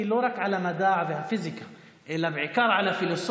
לא רק על המדע והפיזיקה אלא בעיקר על הפילוסופיה